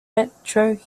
metro